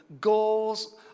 goals